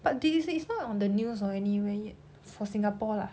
but did you say it's not on the news or anywhere yet for singapore lah